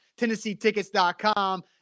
TennesseeTickets.com